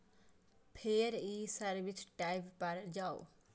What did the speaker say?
फेर ई service tab पर जाउ